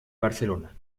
barcelona